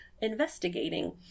investigating